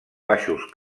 baixos